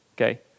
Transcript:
okay